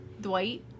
Dwight